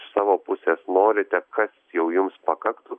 iš savo pusės norite kas jau jums pakaktų